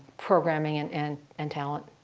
programming, and and and talent.